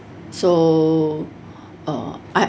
so uh I